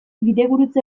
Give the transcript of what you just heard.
bidegurutze